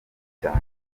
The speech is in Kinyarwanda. cyane